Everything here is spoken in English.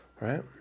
Right